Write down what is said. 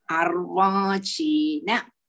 arvachina